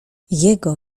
jego